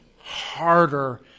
harder